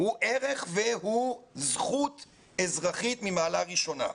הוא ערך והוא זכות אזרחית ממעלה ראשונה.